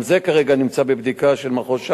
גם זה כרגע נמצא בבדיקה של מחוז ש"י.